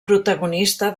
protagonista